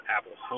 Apple